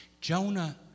Jonah